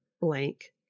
blank